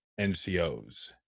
ncos